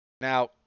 Now